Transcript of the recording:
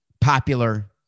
popular